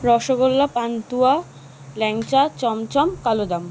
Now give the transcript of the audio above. rasgulla pantua langcha chamcham কালোজাম